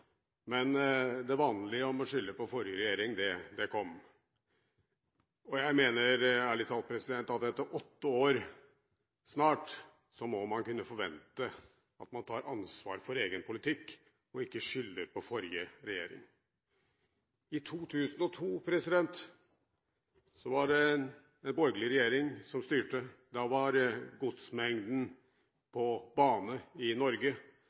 men det vanlige med å skylde på forrige regjering kom. Jeg mener ærlig talt at etter snart åtte år må man kunne forvente at man tar ansvar for egen politikk og ikke skylder på forrige regjering. I 2002 var det den borgerlige regjering som styrte, da var godsmengden på bane i Norge